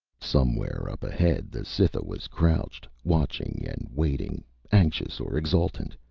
somewhere up ahead, the cytha was crouched, watching and waiting anxious or exultant,